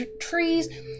trees